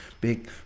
big